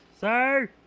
sir